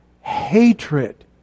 hatred